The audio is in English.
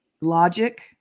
Logic